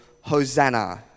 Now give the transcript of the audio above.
Hosanna